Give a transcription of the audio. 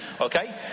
Okay